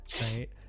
right